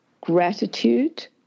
gratitude